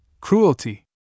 Cruelty